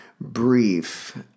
brief